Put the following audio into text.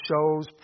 shows